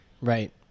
right